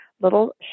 little